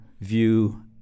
view